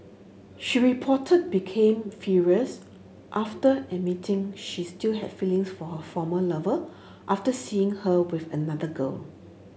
she reportedly became furious after admitting she still had feelings for her former lover after seeing her with another girl